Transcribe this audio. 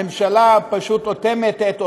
הממשלה פשוט אוטמת את אוזניה,